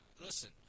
Listen